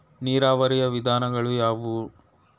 ನೀರಾವರಿಯ ವಿಧಾನಗಳು ಯಾವುವು?